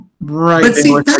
right